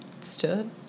stood